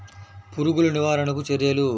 పురుగులు నివారణకు చర్యలు?